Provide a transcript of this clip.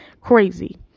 crazy